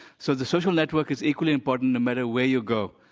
so the social network is equally important no matter where you go.